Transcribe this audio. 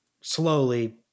slowly